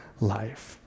life